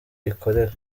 ikorera